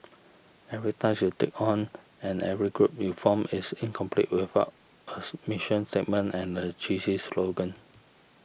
every task you take on and every group you form is incomplete without a submission statement and a cheesy slogan